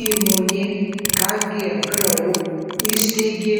įmonė kg group įsteigė